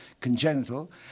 congenital